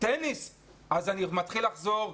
אז אני מתחיל לחזור,